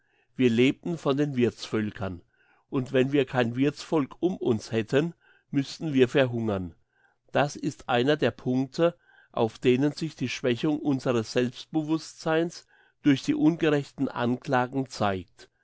wir lebten von den wirthsvölkern und wenn wir kein wirthsvolk um uns hätten müssten wir verhungern das ist einer der punkte auf denen sich die schwächung unseres selbstbewusstseins durch die ungerechten anklagen zeigt